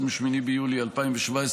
28 ביולי 2017,